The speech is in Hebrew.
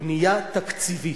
בנייה תקציבית,